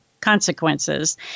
consequences